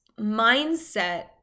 mindset